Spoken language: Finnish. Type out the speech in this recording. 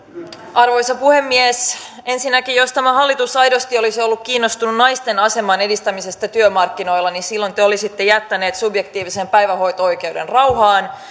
arvoisa puhemies ensinnäkin jos tämä hallitus aidosti olisi ollut kiinnostunut naisten aseman edistämisestä työmarkkinoilla niin silloin te olisitte jättäneet subjektiivisen päivähoito oikeuden rauhaan